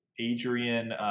Adrian